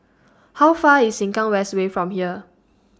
How Far IS Sengkang West Way from here